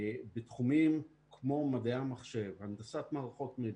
בתחומים כמו מדעי המחשב, הנדסת מערכות מידע,